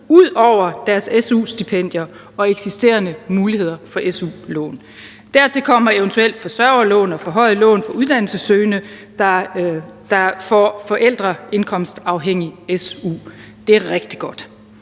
ud over deres su-stipendier og eksisterende muligheder for su-lån. Dertil kommer eventuelt forsørgerlån og forhøjet lån for uddannelsessøgende, der får forældreindkomstafhængig su – det er rigtig godt.